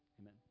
Amen